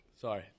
Sorry